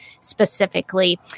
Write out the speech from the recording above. specifically